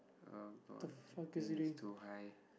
about I think it's too high